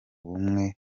bumwe